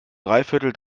dreiviertel